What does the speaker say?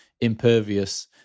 impervious